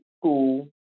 school